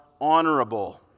honorable